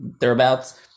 thereabouts